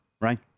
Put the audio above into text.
right